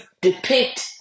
depict